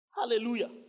Hallelujah